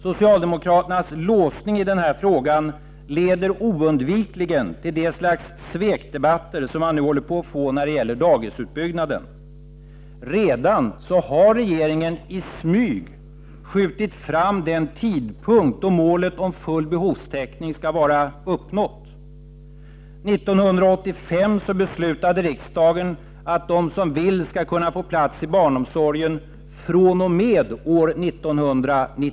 Socialdemokraternas låsning i den frågan leder oundvikligen till det slags svekdebatter som man nu håller på att få när det gäller dagisutbyggnaden. Redan har regeringen i smyg skjutit fram den tidpunkt då målet om full behovstäckning skall vara uppnått.